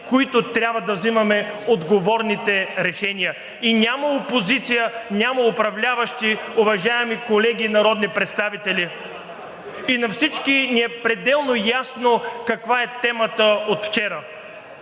които трябва да взимаме отговорните решения. И няма опозиция, няма управляващи, уважаеми колеги народни представители! И на всички ни е пределно ясно каква е темата от вчера